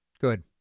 Good